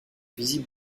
visible